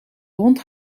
hond